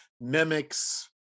mimics